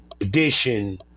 edition